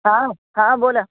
हां हां बोला